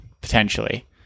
potentially